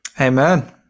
amen